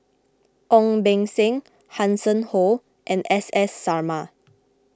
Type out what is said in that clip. Ong Beng Seng Hanson Ho and S S Sarma